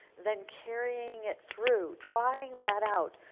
then carrying it through, trying that out,